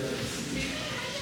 יושב-ראש